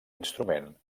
instrument